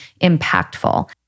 impactful